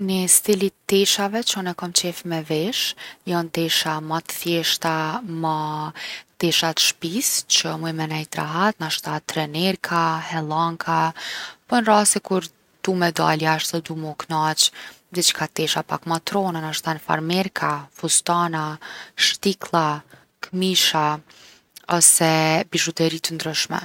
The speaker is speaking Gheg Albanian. Ni stil i teshave që une kom qef me vesh jon tesha ma t’thjeshta, ma tesha t’shpis që muj me nejt rahat. Nashta trenerka, hellanka. Po n’raste kur du me dal jashtë edhe du mu knaq, diçka tesha pak ma t’rona. Nashta farmerka, fustana, shtiklla, kmisha, ose bizhuteri t’ndryshme.